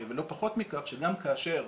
ולא פחות מכך, גם כאשר